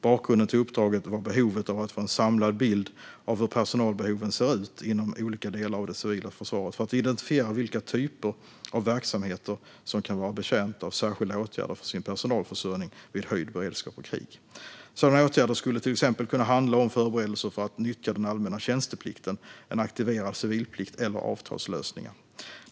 Bakgrunden till uppdraget var behovet av att få en samlad bild av hur personalbehoven ser ut inom olika delar av det civila försvaret för att identifiera vilka typer av verksamheter som kan vara betjänta av särskilda åtgärder för sin personalförsörjning vid höjd beredskap och krig. Sådana åtgärder skulle till exempel kunna handla om förberedelser för att nyttja den allmänna tjänsteplikten, en aktiverad civilplikt eller avtalslösningar.